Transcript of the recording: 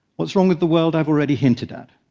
what's wrong with the world i've already hinted at.